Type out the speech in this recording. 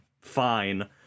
fine